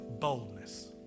boldness